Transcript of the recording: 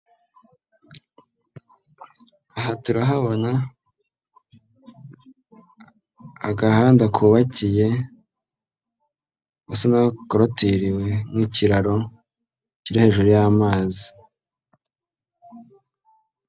Aha turahabona, agahanda kubakiye, gasa n'aho gakolotiriwe n'ikiraro, kiri hejuru y'amazi.